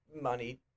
money